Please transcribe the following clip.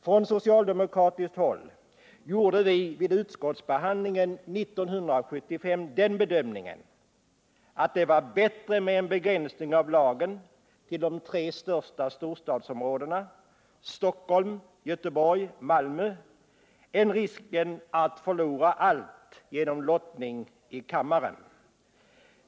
Från socialdemokratiskt håll gjorde vi vid utskottsbehandlingen 1975 den bedömningen att det var bättre med en begränsning av lagen till de tre största storstadsområdena — Stockholm, Göteborg, Malmö — än att riskera att förlora allt genom lottning i kammaren.